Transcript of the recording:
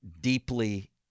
deeply